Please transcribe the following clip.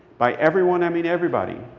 by everyone, i mean everybody.